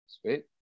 sweet